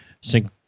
sync